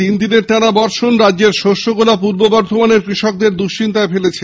তিন দিনের টানা বর্ষণ রাজ্যের শস্যগোলা পূর্ব বর্ধমানের কৃষকদের দুশ্চিন্তায় ফেলেছে